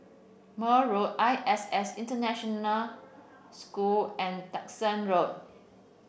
Mayne Road I S S International School and Duxton Road